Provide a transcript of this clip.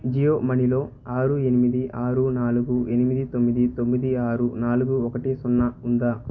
జియో మనీలో ఆరు ఎనిమిది ఆరు నాలుగు ఎనిమిది తొమ్మిది తొమ్మిది ఆరు నాలుగు ఒకటి సున్న ఉందా